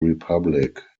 republic